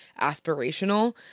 aspirational